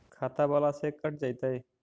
खाता बाला से कट जयतैय?